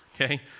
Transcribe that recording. okay